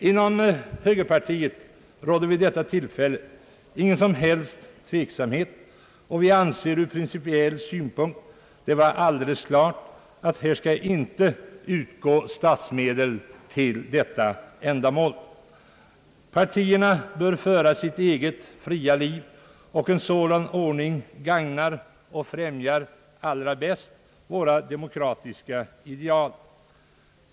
Inom högerpartiet rådde vid det tillfället ingen som helst tveksamhet, och vi anser ur principiell synpunkt det vara alldeles klart att statsmedel inte bör utgå till detta ändamål. Partierna bör föra sitt eget fria liv, och en sådan ordning gagnar bäst våra demokratiska ideal.